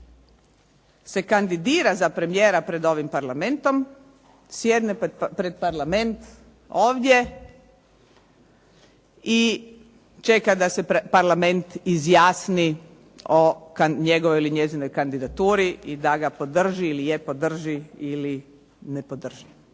se kandidira za premijera pred ovim Parlamentom sjedne pred Parlament ovdje i čeka da se Parlament izjasni o njegovoj ili njezinoj kandidaturu i da ga podrži i lijepo drži ili ne podrži.